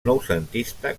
noucentista